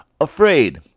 afraid